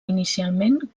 inicialment